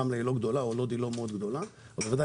רמלה ולוד הן לא גדולות מאוד אבל בוודאי